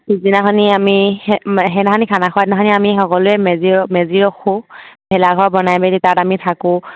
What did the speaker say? পিছদিনাখনি আমি সেইদিনাখনি খানা খোৱা দিনাখনি আমি সকলোৱে মেজি ৰখোঁ ভেলাঘৰ বনাই মেলি তাত আমি থাকোঁ